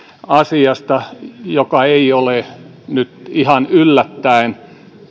asiasta joka ei ole nyt ihan yllättäen